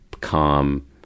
calm